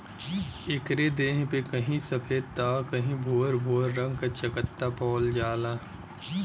एकरे देह पे कहीं सफ़ेद त कहीं भूअर भूअर रंग क चकत्ता पावल जाला